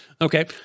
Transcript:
okay